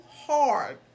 hard